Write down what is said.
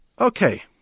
Okay